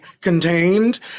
contained